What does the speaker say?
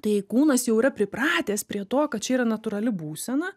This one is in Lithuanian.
tai kūnas jau yra pripratęs prie to kad čia yra natūrali būsena